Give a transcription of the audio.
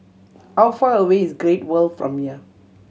how far away is Great World from here